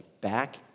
back